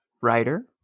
writer